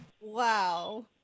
Wow